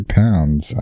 pounds